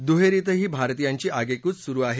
दुहेरीतही भारतीयांची आगेकूच सुरु आहे